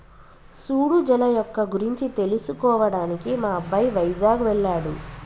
సూడు జల మొక్క గురించి తెలుసుకోవడానికి మా అబ్బాయి వైజాగ్ వెళ్ళాడు